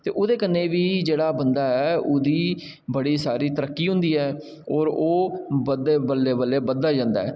ते ओह्दे कन्नै बी जेह्ड़ा बंदा ऐ ओह्दी बड़ी सारी तरक्की होंदी ऐ और ओह् बल्लें बल्लें बधदा जंदा ऐ